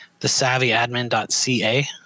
thesavvyadmin.ca